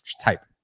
type